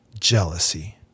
jealousy